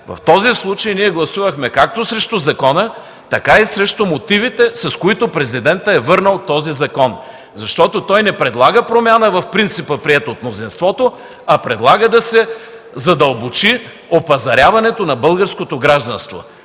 В този случай ние гласувахме както срещу закона, така и срещу мотивите, с които президентът е върнал този закон, защото той не предлага промяна в принципа, приет от мнозинството, а предлага да се задълбочи опазаряването на българското гражданство